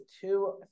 two